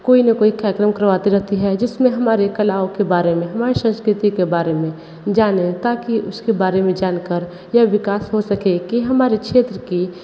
कोई ना कोई कार्यक्रम करवाते रहती है जिसमें हमारे कलाओं के बारे में हमारे संस्कृति के बारे में जानें ताकि उसके बारे में जान कर यह विकास हो सके कि हमारे क्षेत्र की